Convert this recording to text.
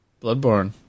Bloodborne